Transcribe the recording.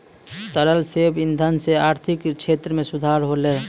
तरल जैव इंधन सँ आर्थिक क्षेत्र में सुधार होलै